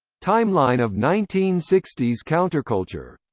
timeline of nineteen sixty s counterculture